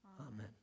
Amen